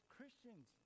Christians